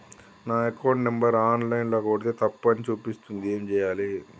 నా account number online ల కొడ్తే తప్పు అని చూపిస్తాంది ఏం చేయాలి?